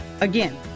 Again